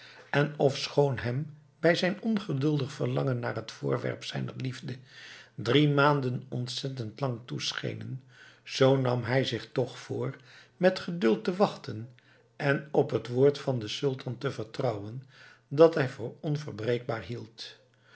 en ofschoon hem bij zijn ongeduldig verlangen naar het voorwerp zijner liefde drie maanden ontzettend lang toeschenen zoo nam hij zich toch voor met geduld te wachten en op het woord van den sultan te vertrouwen dat hij voor onverbreekbaar hield